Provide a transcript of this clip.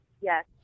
Yes